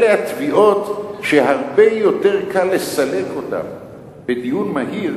אלה התביעות שהרבה יותר קל לסלק בדיון מהיר